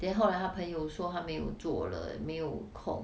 then 后来她朋友说她没有做了没有空